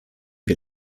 wir